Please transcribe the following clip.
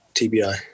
TBI